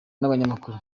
n’abanyamakuru